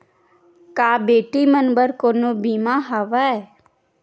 का बेटी मन बर कोनो बीमा हवय?